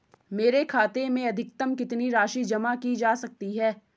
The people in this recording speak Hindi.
मेरे खाते में अधिकतम कितनी राशि जमा की जा सकती है?